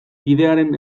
bidearen